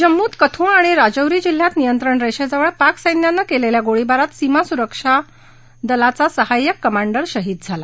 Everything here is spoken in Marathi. जम्मूत कथुआ आणि रागौरी जिल्ह्यात नियंत्रण रेषेजवळ पाक सैन्यानं केलेल्या गोळीबारात सीमा सुरक्षा सहाय्यक कमांडर शहीद झाला